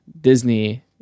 Disney